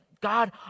God